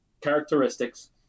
characteristics